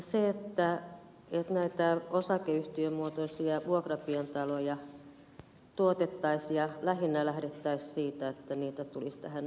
se että näitä osakeyhtiömuotoisia vuokrapientaloja tuotettaisiin ja lähinnä lähdettäisiin siitä että niitä tulisi helsingin seudulle